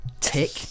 Tick